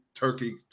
Turkey